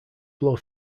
blow